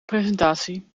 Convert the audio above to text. prestatie